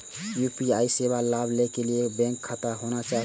UPI सेवा के लाभ लै के लिए बैंक खाता होना चाहि?